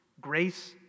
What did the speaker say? grace